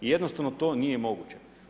Jednostavno to nije moguće.